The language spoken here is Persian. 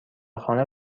خانه